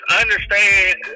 understand